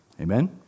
Amen